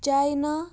China